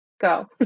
Go